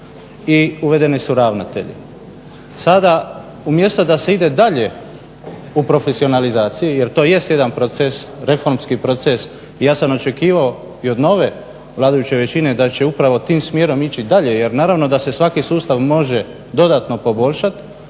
i uvedeni su ravnatelji. Sada umjesto da se ide dalje u profesionalizaciji, jer to jest jedan proces, reformski proces. I ja sam očekivao i od nove vladajuće većine da će upravo tim smjerom ići dalje. Jer naravno da se svaki sustav može dodatno poboljšati.